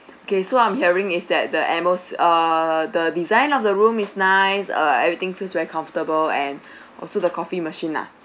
okay so I'm hearing is that the atmos~ err the design of the room is nice uh everything feels very comfortable and also the coffee machine ah